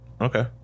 Okay